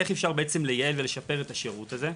איך אפשר לייעל ולשפר את השירות הזה?